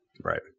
Right